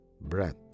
Breath